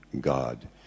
God